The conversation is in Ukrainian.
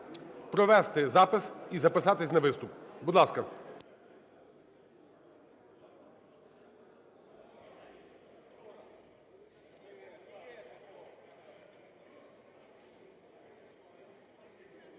провести запис і записатися на виступ. Будь ласка.